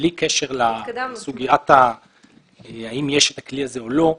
בלי קשר לסוגיה האם יש את הכלי הזה או לא,